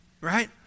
right